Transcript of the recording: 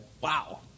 wow